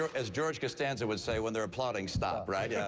as george costanza would say, when they're applauding, stop. right? yeah